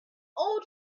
old